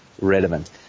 relevant